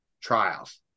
trials